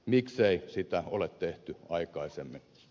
miksei sitä ole tehty aikaisemmin